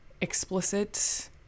explicit